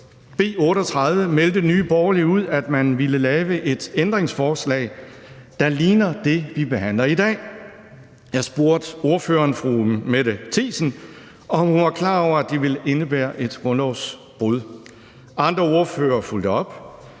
B 38 meldte Nye Borgerlige ud, at man ville lave et lovændringsforslag, der ligner det, vi behandler i dag. Jeg spurgte ordføreren, fru Mette Thiesen, om hun var klar over, at det ville indebære et grundlovsbrud. Andre ordførere fulgte op.